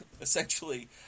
essentially